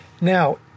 Now